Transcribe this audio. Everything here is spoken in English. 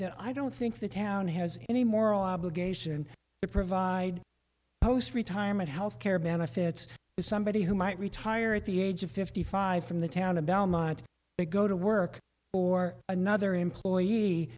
that i don't think the town has any moral obligation to provide post retirement health care benefits as somebody who might retire at the age of fifty five from the town of belmont to go to work for another employee